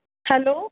hello